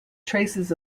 traces